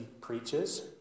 preaches